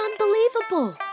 unbelievable